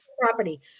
property